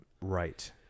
right